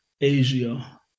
Asia